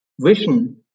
vision